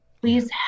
Please